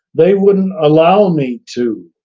they wouldn't allow me to.